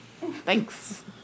Thanks